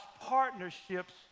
partnerships